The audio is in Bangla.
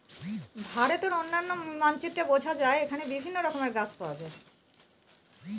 ভারতের অনন্য মানচিত্রে বোঝা যায় এখানে বিভিন্ন রকমের গাছ পাওয়া যায়